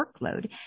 workload